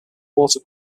water